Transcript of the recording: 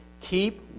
keep